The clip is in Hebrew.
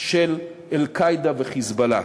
של "אל-קאעידה" ו"חיזבאללה".